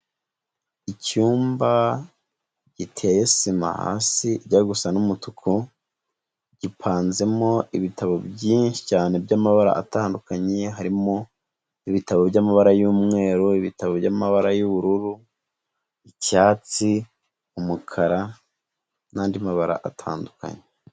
Icyumba giteye sima hasi ijya gusa n'umutuku, gipanzemo ibitabo byinshi cyane by'amabara atandukanye, harimo ibitabo by'amabara y'umweru, ibitabo by'amabara y'ubururu, icyatsi, umukara n'andi mabara atandukanye.